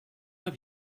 have